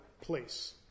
place